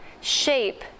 shape